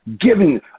giving